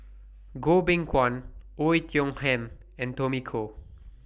Goh Beng Kwan Oei Tiong Ham and Tommy Koh